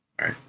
Right